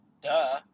Duh